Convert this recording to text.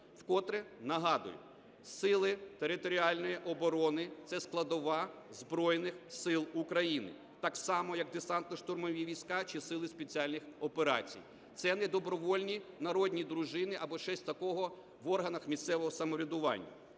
Вкотре нагадую, Сили територіальної оборони – це складова Збройних Сил України, так само, як Десантно-штурмові війська чи Сили спеціальних операцій. Це не добровільні народні дружини або щось таке в органах місцевого самоврядування.